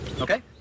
okay